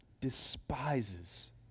despises